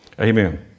Amen